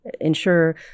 ensure